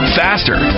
faster